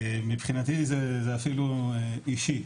מבחינתי זה אפילו אישי,